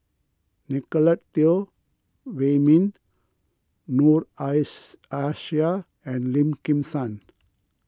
Nicolette Teo Wei Min Noor ice Aishah and Lim Kim San